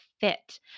fit